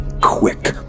quick